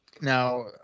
Now